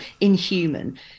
inhuman